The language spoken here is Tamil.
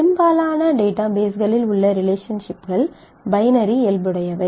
பெரும்பாலான டேட்டாபேஸ்களில் உள்ள ரிலேஷன்ஷிப்கள் பைனரி இயல்புடையவை